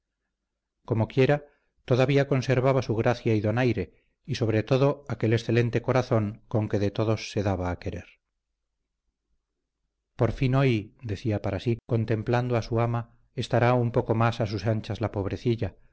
matices comoquiera todavía conservaba su gracia y donaire y sobre todo aquel excelente corazón con que de todos se daba a querer por fin hoy decía para sí contemplando a su ama estará un poco más a sus anchas la pobrecilla